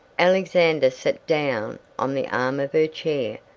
alexander sat down on the arm of her chair.